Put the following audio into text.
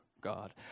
God